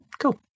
Cool